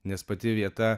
nes pati vieta